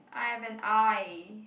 I have an eye